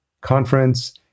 conference